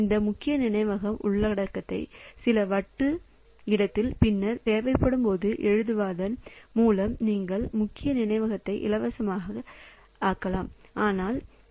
அந்த முக்கிய நினைவக உள்ளடக்கத்தை சில வட்டு இடத்திலும் பின்னர் தேவைப்படும் போது எழுதுவதன் மூலமும் நீங்கள் முக்கிய நினைவகத்தை இலவசமாக்கலாம்